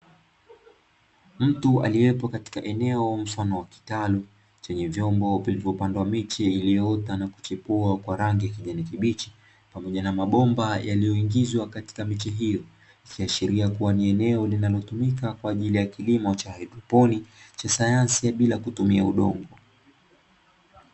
Mtu aliyepo katika eneo mfano wa kitalu, chenye vyombo vilivyopandwa miche iliyoota na kuchipua kwa rangi kijani kibichi pamoja na mabomba yaliyoingizwa katika miche hiyo, ikiashiria kuwa ni eneo linalotumika kwa ajili ya kilimo cha haidroponi, cha sayansi ya bila kutumia udongo.